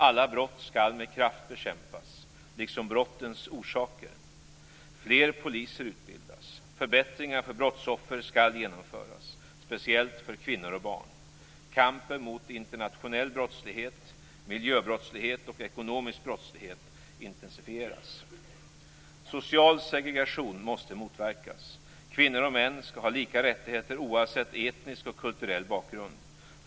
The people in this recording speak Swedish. Alla brott skall med kraft bekämpas, liksom brottens orsaker. Fler poliser utbildas. Förbättringar för brottsoffer skall genomföras, speciellt för kvinnor och barn. Kampen mot internationell brottslighet, miljöbrottslighet och ekonomisk brottslighet intensifieras. Social segregation måste motverkas. Kvinnor och män skall ha lika rättigheter oavsett etnisk och kulturell bakgrund.